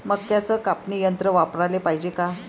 मक्क्याचं कापनी यंत्र वापराले पायजे का?